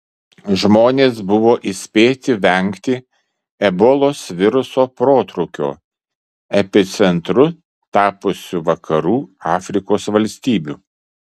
žmonės buvo įspėti vengti ebolos viruso protrūkio epicentru tapusių vakarų afrikos valstybių